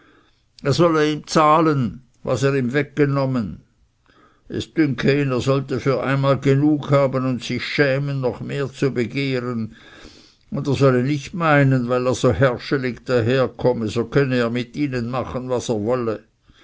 er solle ihm zahlen was er ihm weggenommen es dünke ihn er sollte für einmal genug haben und sich schämen noch mehr zu begehren und er solle nicht meinen weil er so herrschelig daherkomme so könnte er mit ihnen machen was er wolle